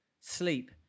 Sleep